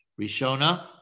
Rishona